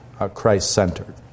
Christ-centered